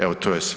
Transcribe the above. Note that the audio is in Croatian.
Evo to je